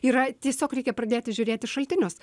yra tiesiog reikia pradėti žiūrėti šaltinius